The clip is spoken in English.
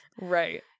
right